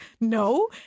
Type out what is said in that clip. no